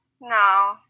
No